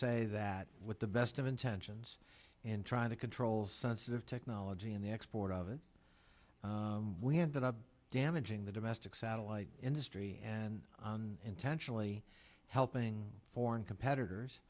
say that with the best of intentions and trying to control sensitive technology and the export of it we ended up damaging the domestic satellite industry and intentionally helping foreign competitors